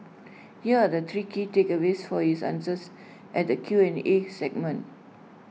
here are the three key takeaways for his answers at the Q and A segment